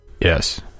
Yes